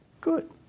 good